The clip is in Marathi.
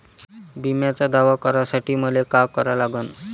बिम्याचा दावा करा साठी मले का करा लागन?